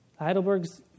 Heidelbergs